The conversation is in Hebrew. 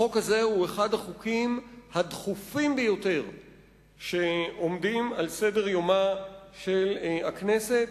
החוק הזה הוא אחד החוקים הדחופים ביותר שעומדים על סדר-יומה של הכנסת.